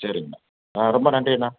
சரிங்கண்ணா ஆ ரொம்ப நன்றி அண்ணா